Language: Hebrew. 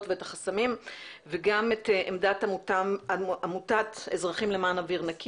והחסמים וגם את עמדת עמותת "אזרחים למען אויר נקי".